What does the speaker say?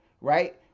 right